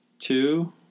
Two